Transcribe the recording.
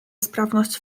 sprawność